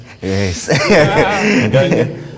Yes